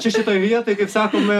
čia šitoj vietoj kaip sakome